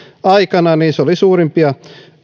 aikana niin se oli suurimpia